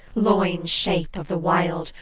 loin-shape of the wild,